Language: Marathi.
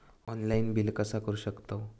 ऑनलाइन बिल कसा करु शकतव?